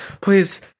Please